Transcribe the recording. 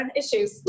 issues